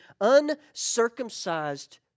uncircumcised